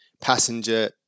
passenger